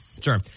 Sure